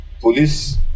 police